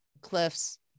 Cliff's